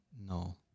No